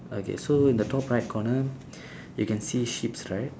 okay so in the top right corner you can see sheeps right